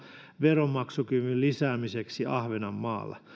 veronmaksukyvyn lisäämiseksi ahvenanmaalle